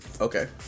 Okay